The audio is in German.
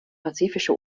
pazifische